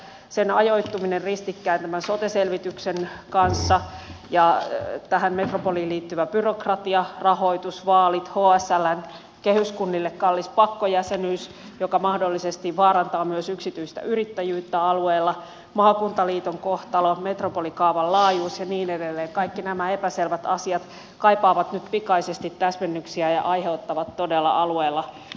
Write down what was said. sen ajoittuminen ristikkäin tämän sote selvityksen kanssa ja tähän metropoliin liittyvä byrokratia rahoitus vaalit hsln kehyskunnille kallis pakkojäsenyys joka mahdollisesti vaarantaa myös yksityistä yrittäjyyttä alueella maakuntaliiton kohtalo metropolikaavan laajuus ja niin edelleen kaikki nämä epäselvät asiat kaipaavat nyt pikaisesti täsmennyksiä ja aiheuttavat todella alueella aiheellisesti huolta